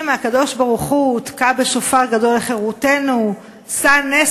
מהקדוש-ברוך-הוא "תקע בשופר גדול לחירותנו שא נס